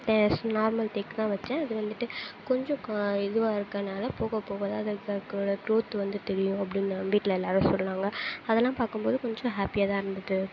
normal தேக்கு தான் வெச்சேன் அது வந்துவிட்டு கொஞ்சம் இதுவாக இருக்கனால போக போக தான் அது குரோத் வந்து தெரியும் அப்படின்னு வீட்டில் எல்லோரும் சொன்னாங்க அதெல்லாம் பார்க்கும்போது கொஞ்சம் ஹேப்பியாக தான் இருந்தது